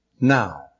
now